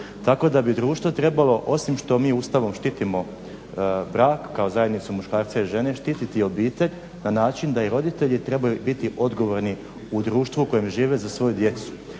Tako da bi društvo trebalo osim što mi Ustavom štitimo brak kao zajednicu muškarca i žene, štititi obitelj na način da i roditelji trebaju biti odgovorni u društvu u kojem žive za svoju djecu